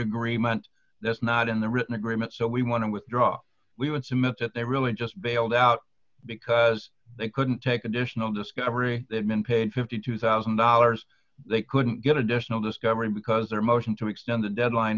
agreement that's not in the written agreement so we want to withdraw we want to miss it they really just bailed out because they couldn't take additional discovery they've been paid fifty two thousand dollars they couldn't get additional discovery because their motion to extend the deadline